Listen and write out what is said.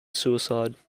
suicide